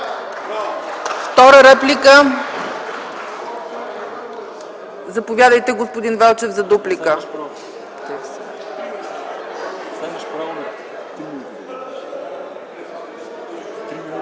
Втора реплика? Няма. Заповядайте, господин Велчев, за дуплика.